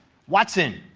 watson?